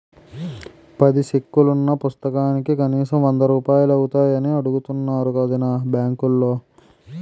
పది చెక్కులున్న పుస్తకానికి కనీసం వందరూపాయలు అవుతాయని అడుగుతున్నారు వొదినా బాంకులో